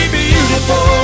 beautiful